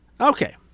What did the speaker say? Okay